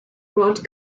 rod